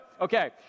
Okay